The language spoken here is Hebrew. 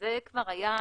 זה כבר היה.